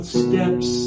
steps